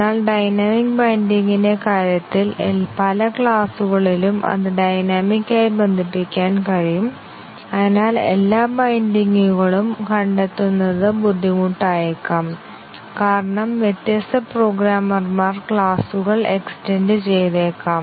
എന്നാൽ ഡൈനമിക് ബൈൻഡിംഗിന്റെ കാര്യത്തിൽ പല ക്ലാസുകളിലും അത് ഡൈനമിക് ആയി ബന്ധിപ്പിക്കാൻ കഴിയും അതിനാൽ എല്ലാ ബൈൻഡിംഗുകളും കണ്ടെത്തുന്നത് ബുദ്ധിമുട്ടായേക്കാം കാരണം വ്യത്യസ്ത പ്രോഗ്രാമർമാർ ക്ലാസുകൾ എക്സ്റ്റെൻറ് ചെയ്തേക്കാം